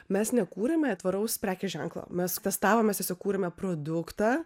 mes nekūrėme tvaraus prekės ženklo mes testavome tiesiog kūrėme produktą